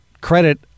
credit